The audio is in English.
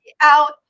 out